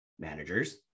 managers